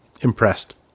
impressed